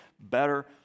better